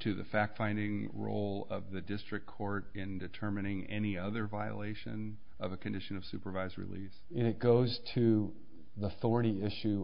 to the fact finding role of the district court in determining any other violation of the condition of supervised release and it goes to the